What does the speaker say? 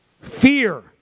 Fear